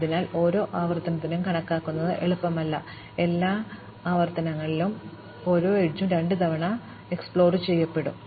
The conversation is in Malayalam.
അതിനാൽ ഓരോ ആവർത്തനത്തിനും കണക്കാക്കുന്നത് എളുപ്പമല്ല എല്ലാ ആവർത്തനങ്ങളിലും ഞാൻ കണക്കാക്കുന്നു ഓരോ അരികിലും ഞാൻ രണ്ടുതവണ പര്യവേക്ഷണം ചെയ്യും